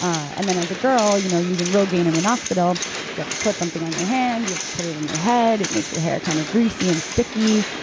and then as a girl, you know using rogaine and minoxidil you have to put something on your hands, you have to put it on your head, it makes your hair kind of greasy and sticky.